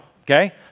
okay